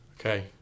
Okay